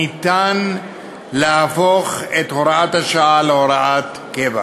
ניתן להפוך את הוראת השעה להוראת קבע.